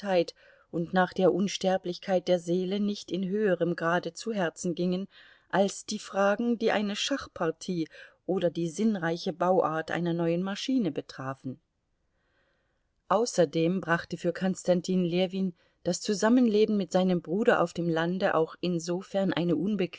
und nach der unsterblichkeit der seele nicht in höherem grade zu herzen gingen als die fragen die eine schachpartie oder die sinnreiche bauart einer neuen maschine betrafen außerdem brachte für konstantin ljewin das zusammenleben mit seinem bruder auf dem lande auch insofern eine